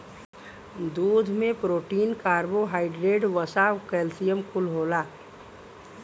दूध में protein, carbohydrate, वसा, कैल्सियम कुल होला